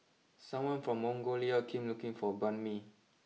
someone from Mongolia came looking for Banh Mi